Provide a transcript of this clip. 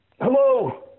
Hello